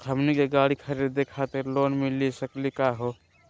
हमनी के गाड़ी खरीदै खातिर लोन मिली सकली का हो?